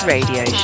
Radio